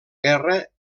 guerra